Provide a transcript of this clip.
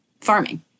farming